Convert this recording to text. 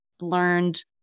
learned